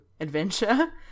adventure